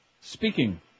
Speaking